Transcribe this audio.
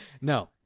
No